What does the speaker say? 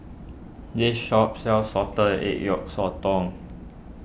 this shop sells Salted Egg Yolk Sotong